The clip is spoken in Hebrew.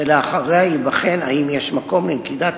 ולאחר מכן ייבחן אם יש מקום לנקיטת